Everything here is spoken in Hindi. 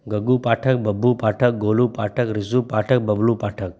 गग्गू पाठक बब्बू पाठक गोलू पाठक रिज़ू पाठक बबलू पाठक